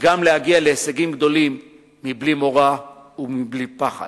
גם להגיע להישגים גדולים מבלי מורא ומבלי פחד.